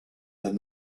than